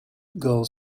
girl